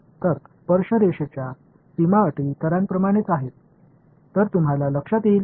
எனவே இது tangential boundary conditions மற்றொன்றுக்கு செல்லும் வரை